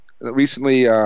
recently